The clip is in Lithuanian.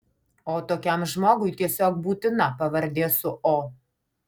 o tokiam žmogui tiesiog būtina pavardė su o